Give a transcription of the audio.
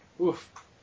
Oof